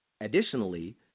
Additionally